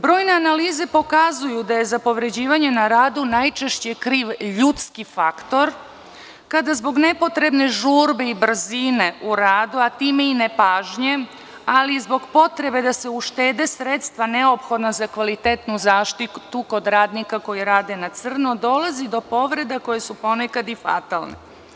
Brojne analize pokazuju da je za povređivanje na radu najčešće kriv ljudski faktor, kada zbog nepotrebne žurbe i brzine u radu, a time i nepažnje, ali i zbog potrebe da se uštede sredstva neophodna za kvalitetnu zaštitu kod radnika koji rade na crno, dolazi do povreda koje su ponekad i fatalne.